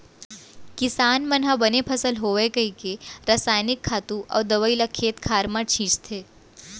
किसान मन ह बने फसल होवय कइके रसायनिक खातू अउ दवइ ल खेत खार म छींचथे